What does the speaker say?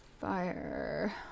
Fire